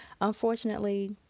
Unfortunately